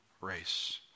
race